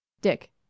Dick